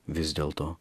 vis dėlto